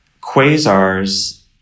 quasars